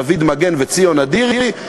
דוד מגן וציון אדירי.